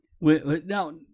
Now